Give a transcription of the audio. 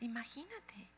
Imagínate